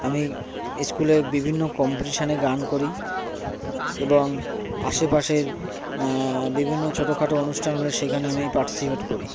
আমি স্কুলে বিভিন্ন কম্পিটিশনে গান করি এবং আশেপাশের বিভিন্ন ছোটখাটো অনুষ্ঠান হলে সেইখানে আমি পার্টিসিপেট করি